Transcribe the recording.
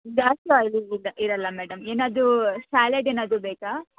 ಜಾಸ್ತಿ ಆಯಿಲ್ ಇಲ್ಲ ಇರಲ್ಲ ಮೇಡಮ್ ಏನಾದರು ಸಾಲೆಡ್ ಏನಾದರು ಬೇಕಾ